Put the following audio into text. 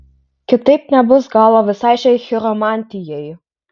kitaip nebus galo visai šiai chiromantijai